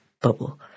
bubble